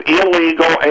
illegal